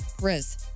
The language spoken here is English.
Riz